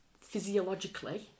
physiologically